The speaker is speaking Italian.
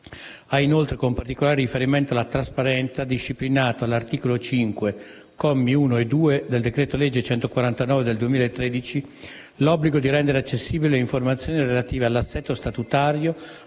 ha inoltre, con particolare riferimento alla trasparenza, disciplinato, all'articolo 5, commi 1 e 2, del decreto-legge n. 149 del 2013 l'obbligo di rendere accessibili le informazioni relative all'assetto statutario,